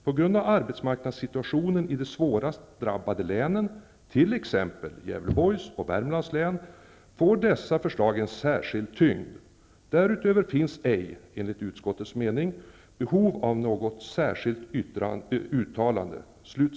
På grund av arbetsmarknadssituationen i de svåraste drabbade länen, t.ex Gävleborgs och Värmlands län, får dessa förslag en särskild tyngd. Därutöver finns ej -- enligt utskottets uppfattningbehov av något särskilt uttalande''.